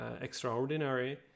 extraordinary